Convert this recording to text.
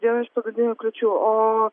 viena iš pagrindinių kliūčių o